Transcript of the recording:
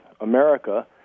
America